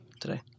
today